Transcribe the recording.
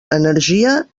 energia